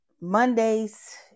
Mondays